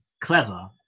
clever